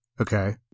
okay